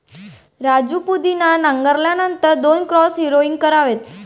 राजू पुदिना नांगरल्यानंतर दोन क्रॉस हॅरोइंग करावेत